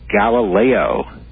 Galileo